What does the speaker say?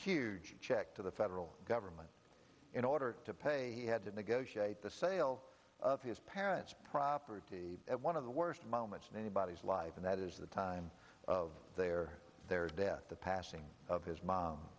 huge check to the federal government in order to pay he had to negotiate the sale of his parent's property at one of the worst moments in anybody's life and that is the time of their their death the passing of his mom